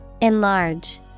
Enlarge